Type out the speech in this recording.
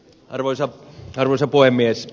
arvoisa puhemies